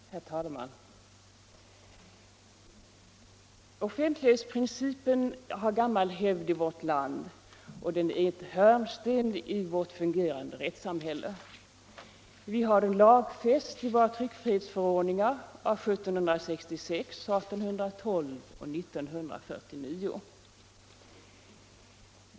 Herr talman! Offentlighetsprincipen har gammal hävd i vårt land. Den är en hörnsten i ett fungerande rättssamhälle och finns lagfäst i våra tryckfrihetsförordningar av 1766, 1812 och 1949.